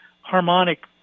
harmonic